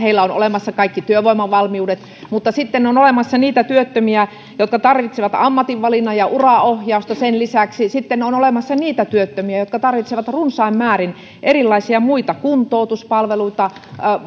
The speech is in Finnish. on olemassa kaikki työvoimavalmiudet mutta sitten on olemassa niitä työttömiä jotka tarvitsevat ammatinvalinnan ja uraohjausta sen lisäksi sitten on olemassa niitä työttömiä jotka tarvitsevat runsain määrin erilaisia muita palveluita kuntoutuspalveluita